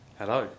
hello